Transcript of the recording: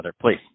please